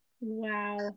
Wow